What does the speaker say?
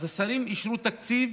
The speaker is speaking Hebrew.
אז השרים אישרו תקציב,